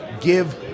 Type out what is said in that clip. Give